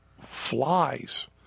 flies